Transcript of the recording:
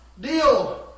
Deal